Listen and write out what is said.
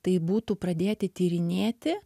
tai būtų pradėti tyrinėti